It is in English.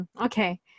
Okay